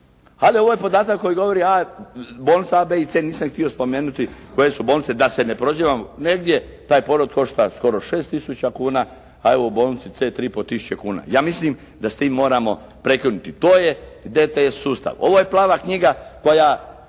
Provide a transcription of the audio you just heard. Ali ovo je podatak koji govori bolnica A, B i C, nisam htio spomenuti koje su bolnice da se ne prozivam, negdje taj porod košta skoro 6 tisuća kuna, a evo u bolnici C 3500 kuna. Ja mislim da s tim moramo prekinuti. To je DTS sustav. Ova plava knjiga koja